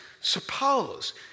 suppose